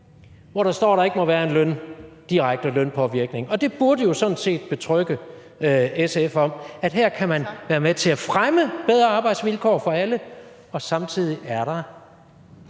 hvor der står, at der ikke må være en direkte lønpåvirkning, og det burde jo sådan set betrygge SF om, at man her kan være med til at fremme bedre arbejdsvilkår for alle, og at der